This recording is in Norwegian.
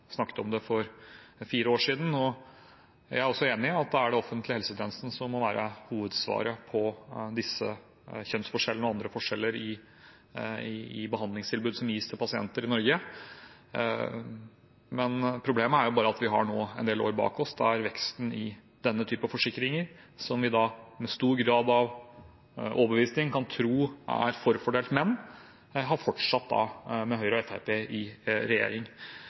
snakket om det for fire år siden. Jeg er også enig i at det er den offentlige helsetjenesten som må være hovedsvaret på disse kjønnsforskjellene og andre forskjeller i behandlingstilbud som gis til pasienter i Norge. Men problemet er bare at vi nå har en del år bak oss der veksten i denne type forsikringer – som vi med stor grad av overbevisning kan tro er forfordelt menn – har fortsatt med Høyre og Fremskrittspartiet i regjering.